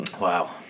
Wow